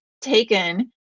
taken